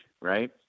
right